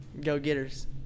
go-getters